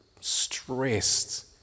stressed